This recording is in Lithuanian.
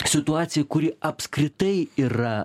situacija kuri apskritai yra